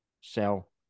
sell